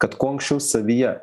kad kuo anksčiau savyje